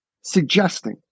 suggesting